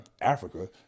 Africa